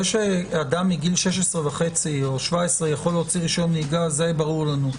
זה שאדם מגיל 16.5 או 17 יכול להוציא רישיון נהיגה זה ברור לנו.